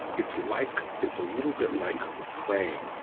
it's like it's a little bit like praying.